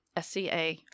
SCA